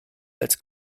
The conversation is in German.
als